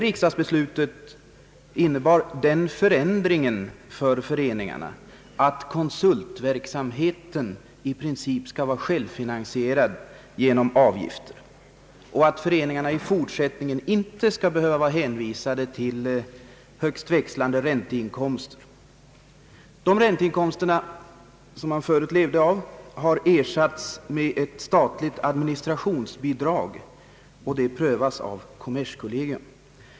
Riksdagsbeslutet innebar den förändringen för föreningarna att konsultverksamheten i princip skall vara självfinansierad genom avgifter och att föreningarna i fortsättningen inte skall behöva vara hänvisade till högst växlande ränteinkomster. Ränteinkomsterna har ersatts med ett statligt administrationsbidrag som prövas av kommerskollegium.